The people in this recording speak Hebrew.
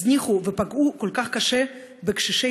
הזניחו ופגעו כל כך קשה בקשישינו,